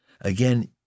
Again